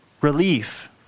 relief